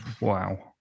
wow